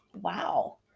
Wow